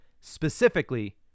Specifically